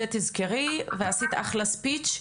אז את זה תזכרי ועשית אחלה ספיץ',